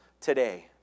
today